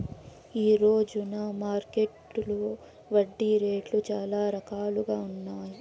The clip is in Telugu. ఈ రోజున మార్కెట్టులో వడ్డీ రేట్లు చాలా రకాలుగా ఉన్నాయి